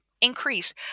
increase